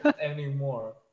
anymore